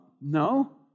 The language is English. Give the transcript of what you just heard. no